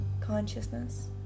consciousness